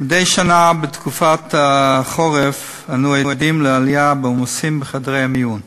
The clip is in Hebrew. מדי שנה בתקופת החורף אנו עדים לעלייה בעומס בחדרי המיון.